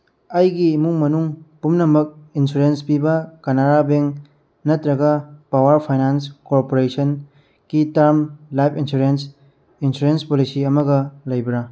ꯑꯩꯒꯤ ꯏꯃꯨꯡ ꯃꯅꯨꯡ ꯄꯨꯝꯅꯃꯛ ꯏꯟꯁꯨꯔꯦꯟꯁ ꯄꯤꯕ ꯀꯅꯥꯔꯥ ꯕꯦꯡ ꯅꯠꯇ꯭ꯔꯒ ꯄꯋꯥꯔ ꯐꯩꯅꯥꯟꯁ ꯀꯣꯔꯄꯣꯔꯦꯁꯟ ꯀꯤ term life insurance insurance policy ꯑꯃꯒ ꯂꯩꯕ꯭ꯔꯥ